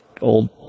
old